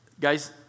Guys